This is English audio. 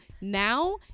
Now